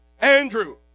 Andrew